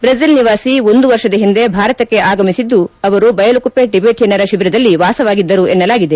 Brazil ನಿವಾಸಿ ಒಂದು ವರ್ಷದ ಹಿಂದೆ ಭಾರತಕ್ಷೆ ಆಗಮಿಸಿದ್ದು ಬಯಲು ಕುಪ್ಪೆ ಟಿಬೆಟಿಯನ್ನರ ತಿಬಿರದಲ್ಲಿ ವಾಸವಾಗಿದ್ದರು ಎನ್ನಲಾಗಿದೆ